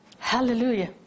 Hallelujah